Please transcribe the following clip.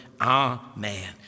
Amen